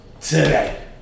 Today